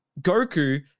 goku